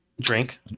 drink